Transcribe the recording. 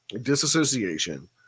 disassociation